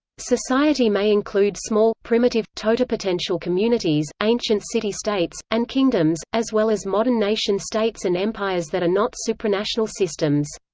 society may include small, primitive, totipotential communities ancient city-states, and kingdoms as well as modern nation-states and empires that are not supranational systems.